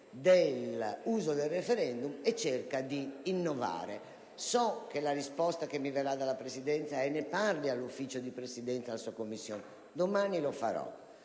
dell'uso del *referendum* e cerca di innovare. So che la risposta che mi verrà dalla Presidenza è di parlarne all'ufficio di Presidenza della Commissione e domani lo farò,